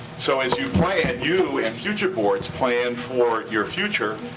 so as you plan, you and future boards plan for your future,